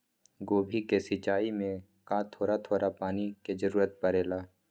गोभी के सिचाई में का थोड़ा थोड़ा पानी के जरूरत परे ला?